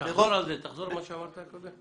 תחזור בבקשה על מה שאמרת.